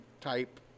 type